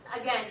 Again